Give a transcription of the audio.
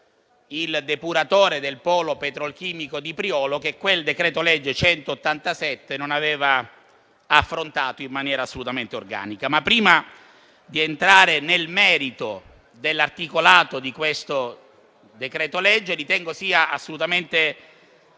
al depuratore del polo petrolchimico di Priolo che il decreto-legge n. 187 del 2022 non aveva affrontato in maniera assolutamente organica. Prima di entrare nel merito dell'articolato di questo decreto-legge, ritengo sia assolutamente